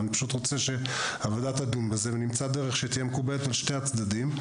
אני פשוט רוצה שהוועדה תדון בזה ונמצא דרך שתהיה מקובלת על שני הצדדים.